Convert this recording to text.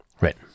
right